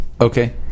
Okay